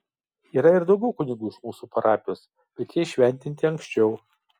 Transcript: yra ir daugiau kunigų iš mūsų parapijos bet jie įšventinti anksčiau